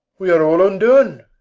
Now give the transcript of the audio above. we are all undone.